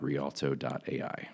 rialto.ai